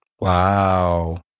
Wow